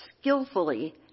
skillfully